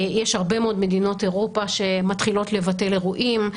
יש הרבה מאוד מדינות אירופה שמתחילות לבטל אירועים.